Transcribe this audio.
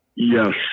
Yes